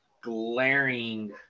glaring